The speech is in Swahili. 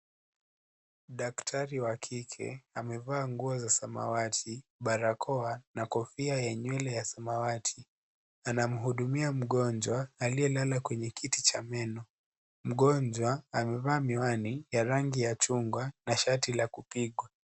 Daktari wa kike amevaa nguo za samawati, barakoa na kofia ya nywele ya samawati anamuhudumia mgonjwa aliyelala kwenye kiti cha meno mgonjwa amevaa miwani ya rangi ya chungwa na shati la kupigo.